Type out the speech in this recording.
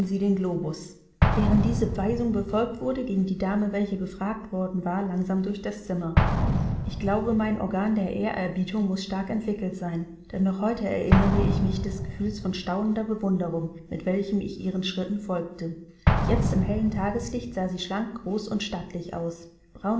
den globus während diese weisung befolgt wurde ging die dame welche befragt worden war langsam durch das zimmer ich glaube mein organ der ehrerbietung muß stark entwickelt sein denn noch heute erinnere ich mich des gefühls von staunender bewunderung mit welchem ich ihren schritten folgte jetzt im hellen tageslicht sah sie schlank groß und stattlich aus